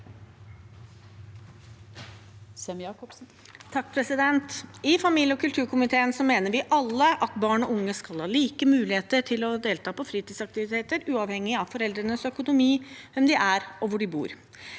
I familie- og kulturkomiteen mener vi alle at barn og unge skal ha like muligheter til å delta på fritidsaktiviteter, uavhengig av foreldrenes økonomi, hvem man er, og hvor man bor.